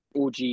OG